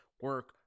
Work